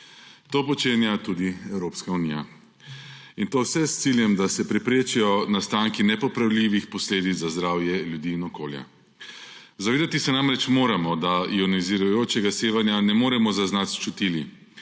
To počenja tudi Evropska unija, in to vse s ciljem, da se preprečijo nastanki nepopravljivih posledic za zdravje ljudi in okolja. Zavedati se namreč moramo, da ionizirajočega sevanja ne moremo zaznati s čutili.